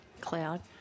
cloud